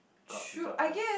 got the job done